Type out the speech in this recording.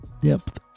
Depth